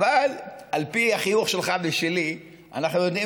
אבל על פי החיוך שלך ושלי אנחנו יודעים